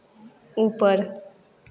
ऊपर